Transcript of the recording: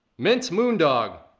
mintmoondog,